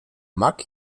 mak